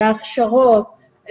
להכשרות,